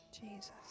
Jesus